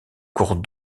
cours